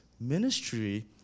ministry